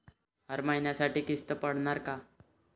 हर महिन्यासाठी किस्त पडनार का?